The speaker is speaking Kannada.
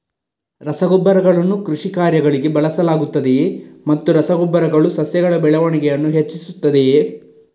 ರಸಗೊಬ್ಬರಗಳನ್ನು ಕೃಷಿ ಕಾರ್ಯಗಳಿಗೆ ಬಳಸಲಾಗುತ್ತದೆಯೇ ಮತ್ತು ರಸ ಗೊಬ್ಬರಗಳು ಸಸ್ಯಗಳ ಬೆಳವಣಿಗೆಯನ್ನು ಹೆಚ್ಚಿಸುತ್ತದೆಯೇ?